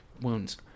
wounds